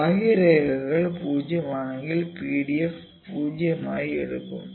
ബാഹ്യരേഖകൾ 0 ആണെങ്കിൽ PDF 0 ആയി എടുക്കും